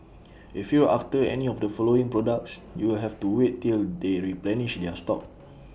if you're after any of the following products you'll have to wait till they replenish their stock